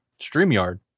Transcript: StreamYard